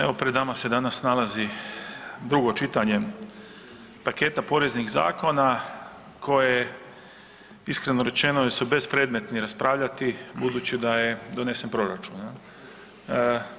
Evo, pred nama se danas nalazi drugo čitanje paketa poreznih zakona koje, iskreno rečeno su bespredmetni raspravljati budući da je donesen proračun, je li?